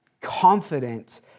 confident